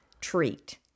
treat